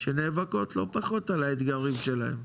שנאבקות לא פחות על האתגרים שלהן.